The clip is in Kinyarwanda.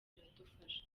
biradufasha